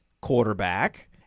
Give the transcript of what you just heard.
quarterback